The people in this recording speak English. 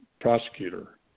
prosecutor